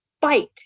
bite